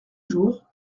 jour